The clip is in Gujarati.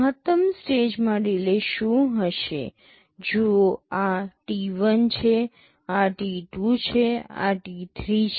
મહત્તમ સ્ટેજમાં ડિલે શું હશે જુઓ આ t1 છે આ t2 છે આ t3 છે